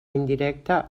indirecta